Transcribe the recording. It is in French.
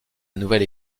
nouvelle